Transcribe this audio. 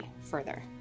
further